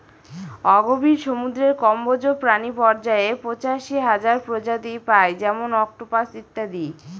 অগভীর সমুদ্রের কম্বজ প্রাণী পর্যায়ে পঁচাশি হাজার প্রজাতি পাই যেমন অক্টোপাস ইত্যাদি